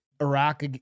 Iraq